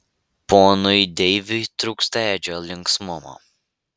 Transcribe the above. ponui deiviui trūksta edžio linksmumo